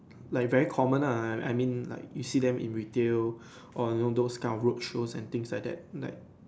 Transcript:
like very common lah I I mean like you see them in retail or you know those kind of road shows and things like that like